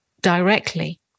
directly